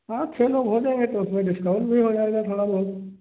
हाँ छः लोग हो जाएंगे तो उसमें डिस्काउंट भी हो जाएगा थोड़ा बहुत